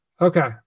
okay